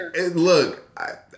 look